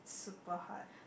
super hard